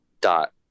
dot